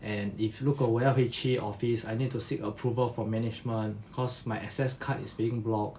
and if 如果我要回去 office I need to seek approval from management cause my access card is being blocked